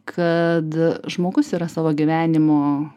kad žmogus yra savo gyvenimo